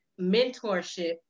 mentorship